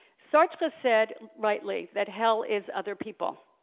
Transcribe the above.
sarcha said, rightly, that hell is other people,